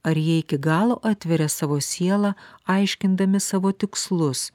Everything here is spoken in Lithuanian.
ar jie iki galo atveria savo sielą aiškindami savo tikslus